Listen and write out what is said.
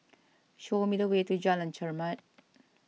show me the way to Jalan Chermat